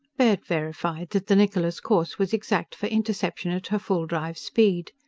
baird verified that the niccola's course was exact for interception at her full-drive speed.